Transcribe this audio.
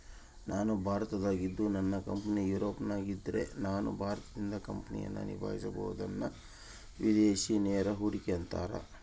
ನಾನು ಭಾರತದಾಗಿದ್ದು ನನ್ನ ಕಂಪನಿ ಯೂರೋಪ್ನಗಿದ್ದ್ರ ನಾನು ಭಾರತದಿಂದ ಕಂಪನಿಯನ್ನ ನಿಭಾಹಿಸಬೊದನ್ನ ವಿದೇಶಿ ನೇರ ಹೂಡಿಕೆ ಅಂತಾರ